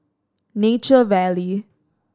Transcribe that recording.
Nature Valley